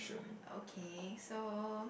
okay so